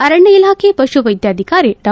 ಅರಣ್ಣ ಇಲಾಖೆ ಪಶು ವೈದ್ಧಾಧಿಕಾರಿ ಡಾ